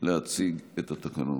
להציג את התקנות.